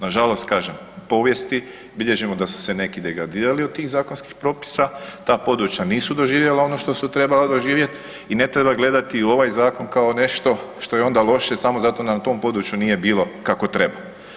Nažalost kažem u povijesti bilježimo da su se neki degradirali od tih zakonskih propisa, ta područja nisu doživjela ono što su trebala doživjet i ne treba gledati u ovaj zakon kao nešto što je onda loše samo zato jer na tom području nije bilo kako treba.